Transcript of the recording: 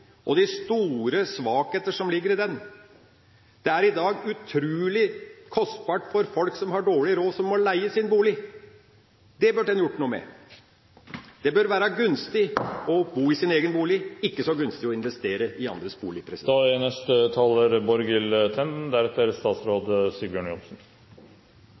og de store svakheter som ligger i den. Det er i dag utrolig kostbart for folk som har dårlig råd, og som må leie sin bolig. Det burde man ha gjort noe med. Det bør være gunstig å bo i sin egen bolig og ikke så gunstig å investere i andres